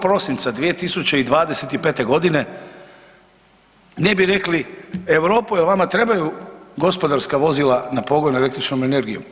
Prosinca 2025. godine ne bi rekli Europo jel' vama trebaju gospodarska vozila na pogon električnom energijom.